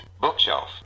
Bookshelf